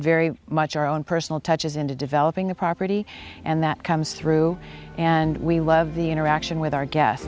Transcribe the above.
very much our own personal touches into developing a property and that comes through and we love the interaction with our